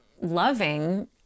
loving